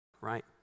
right